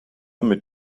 mit